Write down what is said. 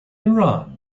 iran